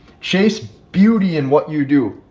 chase beauty in what you do.